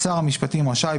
שר המשפטים רשאי,